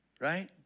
right